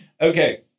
Okay